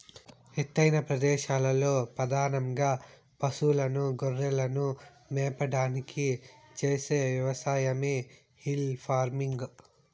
ఎత్తైన ప్రదేశాలలో పధానంగా పసులను, గొర్రెలను మేపడానికి చేసే వ్యవసాయమే హిల్ ఫార్మింగ్